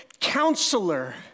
counselor